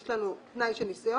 יש לנו תנאי של ניסיון,